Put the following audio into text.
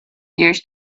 years